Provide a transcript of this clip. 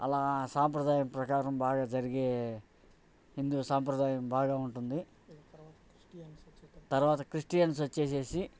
అలా సాంప్రదాయం ప్రకారం బాగా జరిగే హిందూ సాంప్రదాయం బాగా ఉంటుంది తర్వాత క్రిస్టియన్స్ వచ్చి